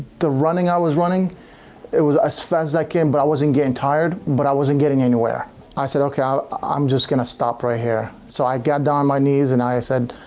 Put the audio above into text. the running i was running it was as fast as i can but i wasn't getting tired but i wasn't getting anywhere i said okay, i'm just gonna stop right here so i got down, my knees and i i said?